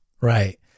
Right